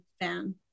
fan